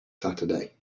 saturday